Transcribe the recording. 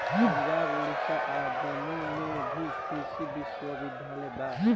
पंजाब, ओडिसा आ जम्मू में भी कृषि विश्वविद्यालय बा